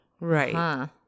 Right